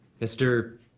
mr